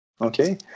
Okay